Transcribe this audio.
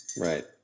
Right